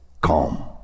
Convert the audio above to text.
calm